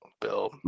Bill